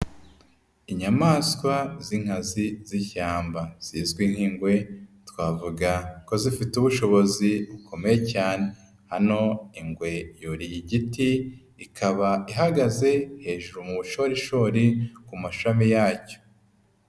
Inyamaswa z'inkazi z'ishyamba zizwi nk'ingwe twavuga ko zifite ubushobozi bukomeye cyane, hano ingwe yuriye igiti ikaba ihagaze hejuru mu bushorishori ku mashami yacyo.